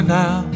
now